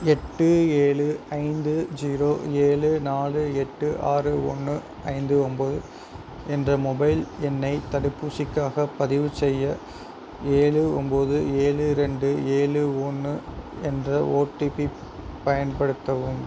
எட்டு ஏழு ஐந்து ஜீரோ ஏழு நாலு எட்டு ஆறு ஒன்று ஐந்து ஒம்போது என்ற மொபைல் எண்ணை தடுப்பூசிக்காகப் பதிவுசெய்ய ஏழு ஒம்போது ஏழு ரெண்டு ஏழு ஒன்று என்ற ஓடிபி பயன்படுத்தவும்